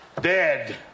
dead